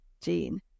gene